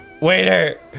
Waiter